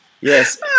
Yes